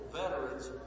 veterans